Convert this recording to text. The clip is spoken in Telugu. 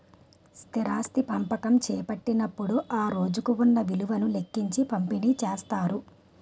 స్థిరాస్తి పంపకం చేపట్టేటప్పుడు ఆ రోజుకు ఉన్న విలువను లెక్కించి పంపిణీ చేస్తారు